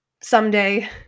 someday